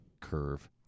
curve